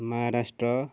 Maharashtra